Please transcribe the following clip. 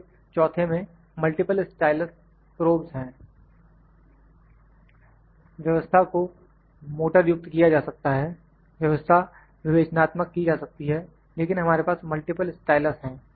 इसलिए चौथे में मल्टीपल स्टाइलस प्रोब है व्यवस्था को मोटरयुक्त किया जा सकता है व्यवस्था विवेचनात्मक की जा सकती है लेकिन हमारे पास मल्टीपल स्टाइलस हैं